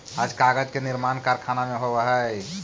आज कागज के निर्माण कारखाना में होवऽ हई